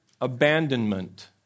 abandonment